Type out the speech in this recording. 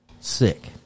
sick